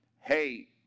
hey